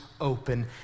open